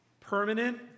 permanent